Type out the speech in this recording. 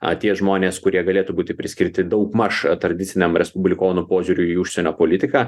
atėję žmonės kurie galėtų būti priskirti daugmaž tradiciniam respublikonų požiūriui į užsienio politiką